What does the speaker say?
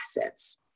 assets